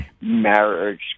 Marriage